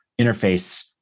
interface